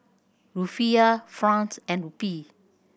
Rufiyaa franc and Rupee